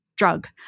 drug